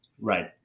Right